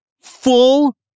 full